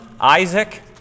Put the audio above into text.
Isaac